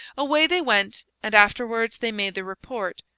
away they went and afterwards they made their report.